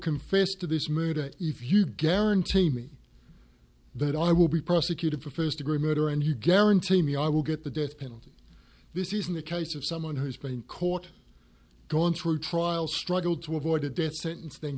confess to this murder if you guarantee me that i will be prosecuted for first degree murder and you guarantee me i will get the death penalty this isn't the case of someone who's been caught gone through trial struggled to avoid a death sentence th